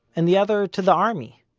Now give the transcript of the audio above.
and the other to the army.